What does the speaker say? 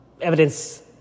evidence